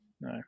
no